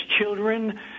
children